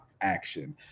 action